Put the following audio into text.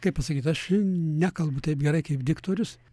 kaip pasakyt aš nekalbu taip gerai kaip diktorius